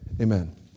Amen